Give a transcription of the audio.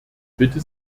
bitte